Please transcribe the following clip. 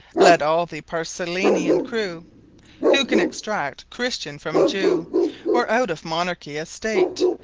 let all the paracelsian crew who can extract christian from jew or out of monarchy, a state,